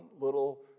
little